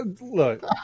look